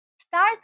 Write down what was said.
start